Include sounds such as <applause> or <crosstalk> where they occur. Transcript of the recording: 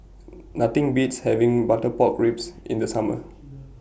<noise> Nothing Beats having Butter Pork Ribs in The Summer